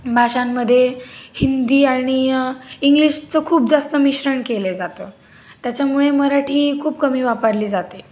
भाषांमधे हिंदी आणि इंग्लिशचं खूप जास्त मिश्रण केले जातं त्याच्यामुळे मराठी खूप कमी वापरली जाते